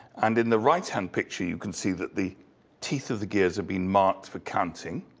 and in the right-hand picture you can see that the teeth of the gears have been marked for counting.